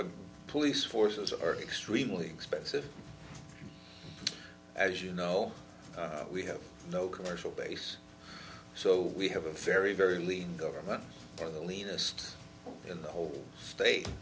a police force as are extremely expensive as you know we have no commercial base so we have a very very early government of the leanest in the whole state